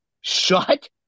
shut